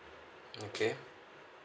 okay